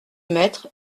maître